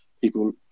people